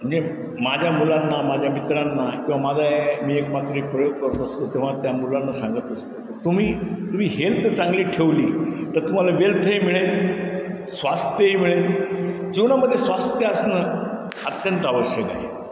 म्हणजे माझ्या मुलांना माझ्या मित्रांना किंवा माझे मी एकपात्री प्रयोग करत असतो तेव्हा त्या मुलांना सांगत असतो तुम्ही तुम्ही हेल्थ चांगली ठेवली तर तुम्हाला वेल्थही मिळेल स्वास्थ्यही मिळेल जीवनामध्ये स्वास्थ्य असणं अत्यंत आवश्यक आहे